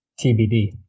TBD